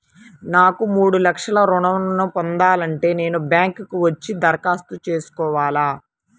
నాకు మూడు లక్షలు ఋణం ను పొందాలంటే నేను బ్యాంక్కి వచ్చి దరఖాస్తు చేసుకోవాలా?